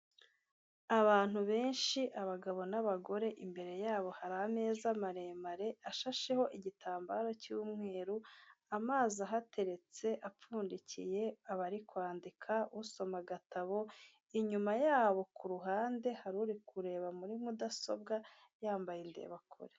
Abantu benshi abagabo n'abagore imbere yabo hari ameza maremare, ashasheho igitambaro cy'umweru, amazi ahateretse apfundikiye, abari kwandika usoma agatabo, inyuma yabo ku ruhande hari uri kureba muri mudasobwa yambaye indeba kure.